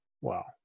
wow